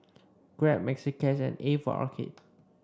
Grab Maxi Cash and A for Arcade